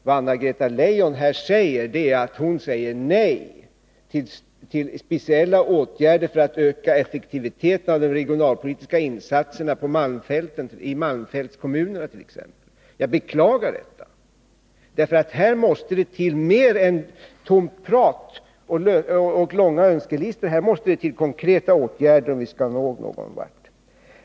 Vad Anna-Greta Leijon här gör är att hon säger nej till speciella åtgärder för att öka effektiviteten av de regionalpolitiska insatserna it.ex. malmfältskommunerna. Jag beklagar detta, eftersom det här måste till mer än tomt prat och långa önskelistor. Det måste till konkreta åtgärder, om vi skall komma någonvart.